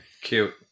Cute